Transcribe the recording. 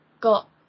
got